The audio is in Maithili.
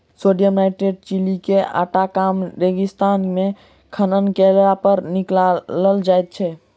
सोडियम नाइट्रेट चिली के आटाकामा रेगिस्तान मे खनन कयलापर निकालल जाइत छै